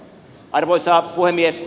arvoisa puhemies